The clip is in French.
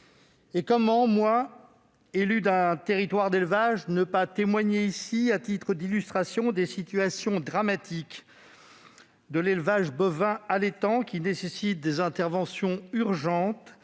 en tant qu'élu d'un territoire d'élevage, ne pas témoigner, à titre d'illustration, des situations dramatiques de l'élevage bovin allaitant, qui nécessitent des interventions urgentes,